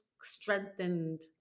strengthened